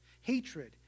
hatred